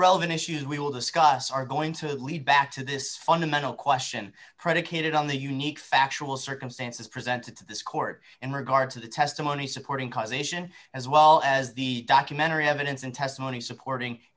relevant issues we will discuss are going to lead back to this fundamental question predicated on the unique factual circumstances presented to this court in regard to the testimony supporting causation as well as the documentary evidence and testimony supporting